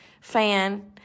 fan